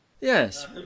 Yes